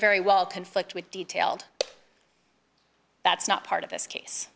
very well conflict with detailed that's not part of this case